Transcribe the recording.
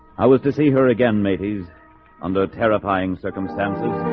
i was to see her again. may he's under terrifying circumstances